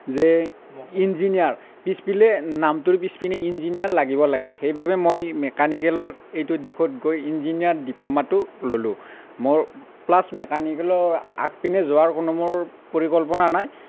যে ইঞ্জিনিয়াৰ পিছপিলে নামটোৰ পিছপিনে ইঞ্জিনিয়াৰ লাগিব লাগে সেইবাবে মই মেকানিকেলৰ এইটো দিশত গৈ ইঞ্জিনিয়াৰ ডিপ্ল'মাটো ল'লো মোৰ প্লাচ মেকানিকেলৰ আগপিনে যোৱাৰ কোনো মোৰ পৰিকল্পনা নাই